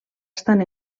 estan